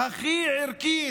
שהיא הכי ערכית,